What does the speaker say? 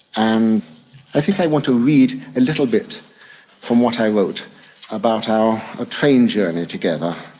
and i think i want to read a little bit from what i wrote about our ah train journey together.